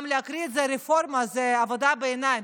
גם לקרוא לזה רפורמה זו עבודה בעיניים,